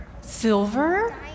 Silver